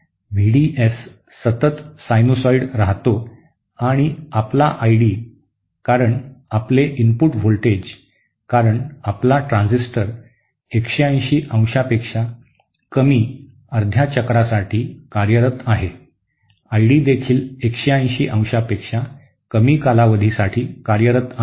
V D S सतत sinusoid राहतो आणि आपला आय डी कारण आपले इनपुट व्होल्टेज कारण आपला ट्रान्झिस्टर 180 अंशापेक्षा कमी अर्ध्या चक्रासाठी कार्यरत आहे आय डीदेखील 180 अंशापेक्षा कमी कालावधीसाठी कार्यरत आहे